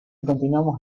continuamos